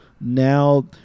now